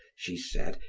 she said,